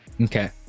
Okay